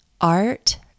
art